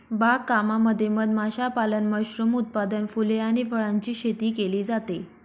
बाग कामामध्ये मध माशापालन, मशरूम उत्पादन, फुले आणि फळांची शेती केली जाते